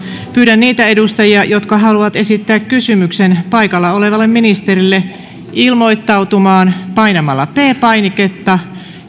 pyydän niitä edustajia jotka haluavat esittää kysymyksen paikalla olevalle ministerille ilmoittautumaan painamalla p painiketta